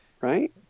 Right